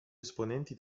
esponenti